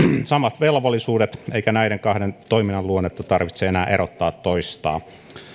samat velvollisuudet eikä näiden kahden toiminnan luonnetta tarvitse enää erottaa toisistaan